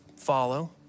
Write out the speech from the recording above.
follow